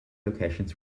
locations